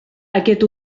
aquest